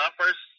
first